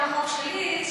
היה החוק שלי,